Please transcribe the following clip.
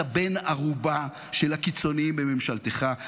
אתה בן ערובה של הקיצוניים בממשלתך.